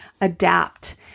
adapt